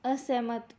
ਅਸਹਿਮਤ